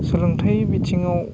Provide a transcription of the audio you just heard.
सोलोंथाइ बिथिङाव